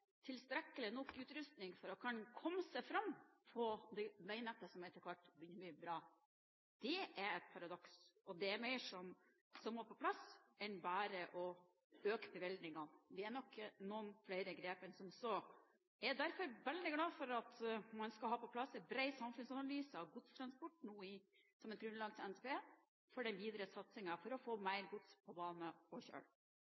tilstrekkelig utrustning for å kunne komme seg fram på det veinettet som etter hvert begynner å bli bra – det er et paradoks. Det er mer som må på plass enn bare økte bevilgninger, vi må nok ta noen flere grep enn som så. Jeg er derfor veldig glad for at man skal ha på plass en bred samfunnsanalyse av godstransport som et grunnlag for NTP, før den videre satsingen for å få